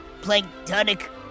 Planktonic